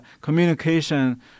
communication